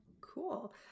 Cool